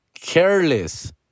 careless